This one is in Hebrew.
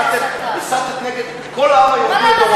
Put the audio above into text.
פשוט הסתת, הסתת נגד כל העם היהודי לדורותיו.